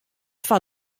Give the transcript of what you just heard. foar